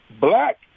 black